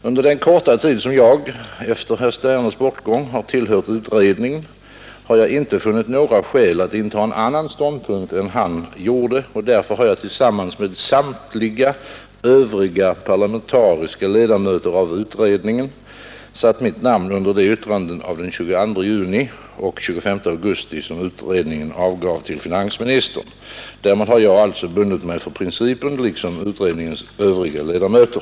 Under den korta tid som jag — efter herr Sternes bortgång — har tillhört utredningen har jag inte funnit några skäl att inta en annan ståndpunkt än han gjorde, och därför har jag tillsammans med samtliga övriga parlamentariska ledamöter av utredningen satt mitt namn under de yttranden av den 22 juni och den 25 augusti som utredningen avgav till finansministern. Därmed har jag alltså bundit mig för principen liksom utredningens övriga ledamöter.